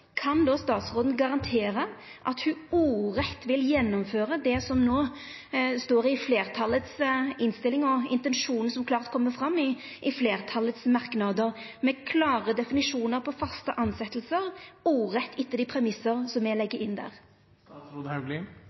Kan statsråden garantera at ho ordrett vil gjennomføra det som no står i innstillinga frå fleirtalet, og intensjonen som klart kjem fram i merknadene frå fleirtalet, med klare definisjonar på faste tilsetjingar – ordrett, etter dei premissane som me legg inn der?